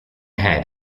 ahead